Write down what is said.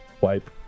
wipe